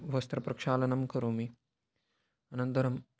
वस्त्रप्रक्षालनं करोमि अनन्तरं